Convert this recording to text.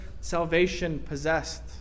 salvation-possessed